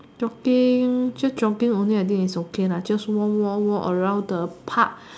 jogging just jogging only I think is okay lah just walk walk walk around the park